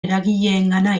eragileengana